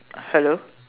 hello